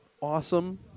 awesome